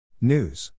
News